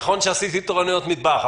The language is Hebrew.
נכון שעשיתי תורנויות מטבח,